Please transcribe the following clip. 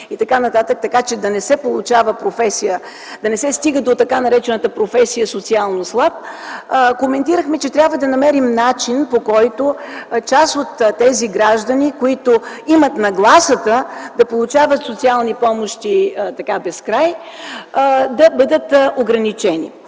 и така нататък, така че да не се стига до така наречената професия „социално слаб”, коментирахме, че трябва да намерим начин, по който част от тези граждани, които имат нагласата да получават социални помощи без край, да бъдат ограничени.